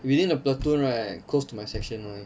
within the platoon right close to my section lor